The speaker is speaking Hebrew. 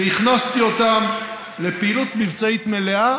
והכנסתי אותם לפעילות מבצעית מלאה